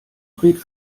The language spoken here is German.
dreht